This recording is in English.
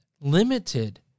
limited